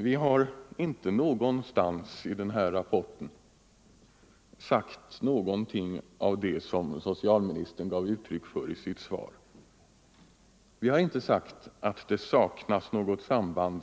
Vi har inte någonstans i denna rapport sagt vad socialministern förmodade i sitt svar. Vi har inte sagt att det saknas ett samband